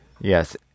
Yes